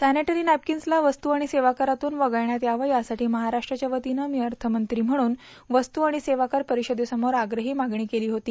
sanitary नॅपकिन्सला वस्तू आणि सेवा करातून वगळण्यात यावं यासाठी महाराष्ट्राच्यावतीनं मी अर्थमंत्री म्हणून वस्तू आणि सेवाकर परिषदेसमोर आग्रही मागणी केली होती